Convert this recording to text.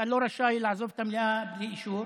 אתה לא רשאי לעזוב את המליאה בלי אישור.